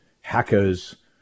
hackers